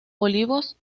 olivos